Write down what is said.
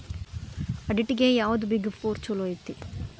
ಆಡಿಟ್ಗೆ ಯಾವ್ದ್ big four ಚಲೊಐತಿ?